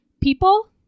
people